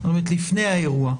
זאת אומרת לפני האירוע.